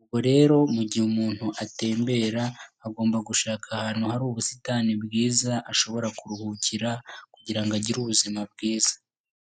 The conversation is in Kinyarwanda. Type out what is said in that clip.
Ubwo rero mu gihe umuntu atembera, agomba gushaka ahantu hari ubusitani bwiza ashobora kuruhukira kugira ngo agire ubuzima bwiza.